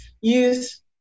use